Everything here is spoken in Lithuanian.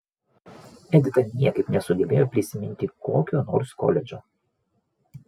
edita niekaip nesugebėjo prisiminti kokio nors koledžo